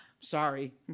sorry